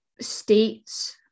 states